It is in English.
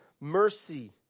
mercy